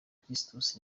christus